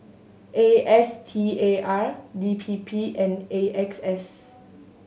A S T A R D P P and A X S